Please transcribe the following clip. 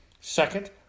Second